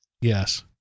Yes